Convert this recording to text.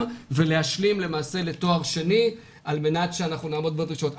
ולהשלים לתואר שני על-מנת שנעמוד בדרישות.